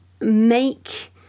make